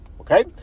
okay